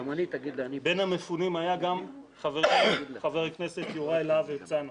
בין המפונים היה גם חבר הכנסת יוראי להב ורצנו.